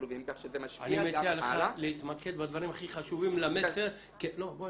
אני מציע לך להתמקד בדברים החשובים ביותר למסר כמסרים